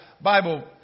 Bible